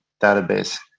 database